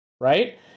right